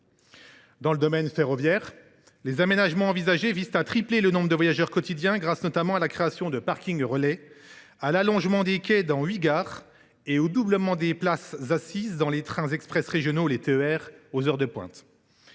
Dans le domaine ferroviaire, les aménagements envisagés visent à tripler le nombre de voyageurs quotidiens, grâce notamment à la création de parkings relais, à l’allongement des quais dans huit gares et au doublement des places assises dans les trains express régionaux (TER) aux heures de pointe.